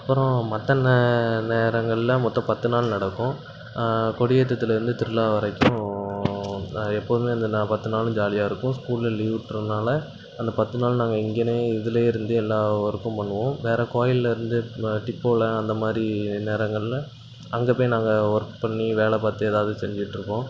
அப்புறோ மற்ற நே நேரங்களில் மொத்த பத்து நாள் நடக்கும் கொடி ஏற்றத்துலேந்து திருவிழா வரைக்கும் எ எப்போதுமே இந்த நா பா பத்து நாளும் ஜாலியாக இருக்கும் ஸ்கூலு லீவ் விடுறதுனால அந்த பத்து நாள் நாங்கள் இங்கனையே இதுலையே இருந்து எல்லா ஒர்க்கும் பண்ணுவோம் வேறு கோவில்லர்ந்து எடுத்துன்னு வர்ற டிப்போவில அந்த மாதிரி நேரங்களில் அங்கே போய் நாங்கள் ஒர்க்கு பண்ணி வேலை பார்த்து எதாவது செஞ்சிகிட்டு இருப்போம்